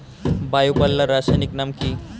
Bio পাল্লার রাসায়নিক নাম কি?